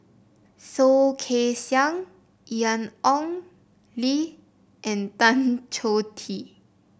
Soh Kay Siang Ian Ong Li and Tan Choh Tee